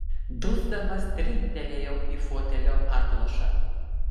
dusdamas trinktelėjau į fotelio atlošą